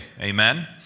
amen